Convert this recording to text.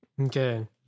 Okay